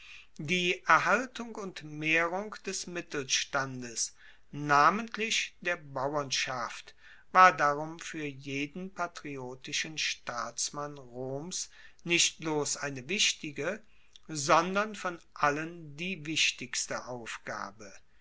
die erhaltung und mehrung des mittelstandes namentlich der bauernschaft war darum fuer jeden patriotischen staatsmann roms nicht bloss eine wichtige sondern von allen die wichtigste aufgabe